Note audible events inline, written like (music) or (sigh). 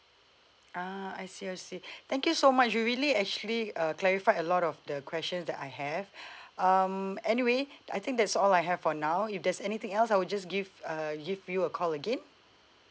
uh I see I see (breath) thank you so much you really actually uh clarify a lot of the questions that I have (breath) um anyway I think that's all I have for now if there's anything else I will just give uh y~ give you a call again